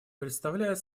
представляет